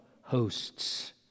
hosts